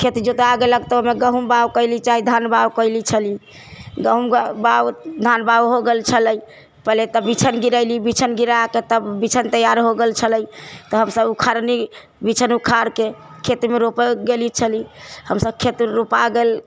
खेत जोता गेलक तऽ ओइमे गहुँम बाउग कयली चाहे धान बाउग कैले छली गहुँम बाउग धान बाउग हो गेल छलै पहिले तऽ बिछन गिरैली बिछन गिराके तब बिछन तैयार हो गेल छलै तऽ हमसब उखाड़ली बिछन उखाड़िके खेतमे रोपै गेल छली हमसब खेत रोपा गेल